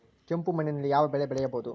ಕೆಂಪು ಮಣ್ಣಿನಲ್ಲಿ ಯಾವ ಬೆಳೆ ಬೆಳೆಯಬಹುದು?